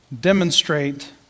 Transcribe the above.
demonstrate